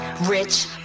Rich